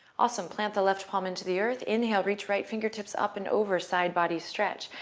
awesome. plant the left palm into the earth. inhale, reach right fingertips up and over side body stretch.